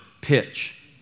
pitch